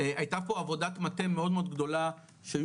הייתה פה עבודת מטה מאוד מאוד גדולה שהיו